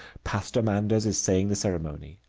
pastor manders is saying the ceremony.